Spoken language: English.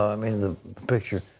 i mean the picture.